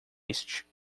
este